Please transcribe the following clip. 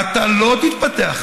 אתה לא תתפתח.